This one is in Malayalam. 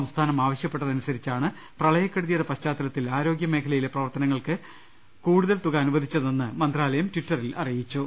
സംസ്ഥാനം ആവശ്യപ്പെട്ടതനുസരിച്ചാണ് പ്രളയക്കെടുതിയുടെ പശ്ചാതലത്തിൽ ആരോഗ്യമേഖലയിലെ പ്രവർത്തനങ്ങൾക്ക് കൂടുതൽ തുക അനുവദിച്ചതെന്ന് മന്ത്രാലയം ടിറ്ററിൽ അറിയിച്ചു